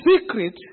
secret